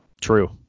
True